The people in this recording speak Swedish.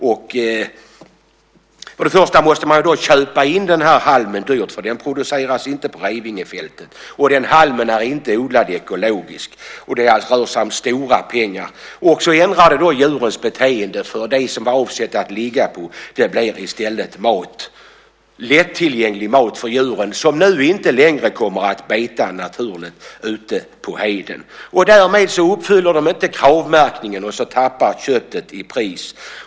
Först och främst måste man då köpa in denna halm dyrt eftersom den inte produceras på Revingefältet, och den halmen är inte ekologiskt odlad, och det rör sig om stora pengar. Det ändrar också djurens beteende eftersom det som var avsett att ligga på i stället blir lättillgänglig mat för djuren som nu inte längre kommer att beta naturligt ute på heden. Därmed uppfylls inte de krav som ställs för Kravmärkning, och därmed sjunker priset på köttet.